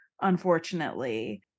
unfortunately